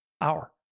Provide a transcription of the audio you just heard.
hour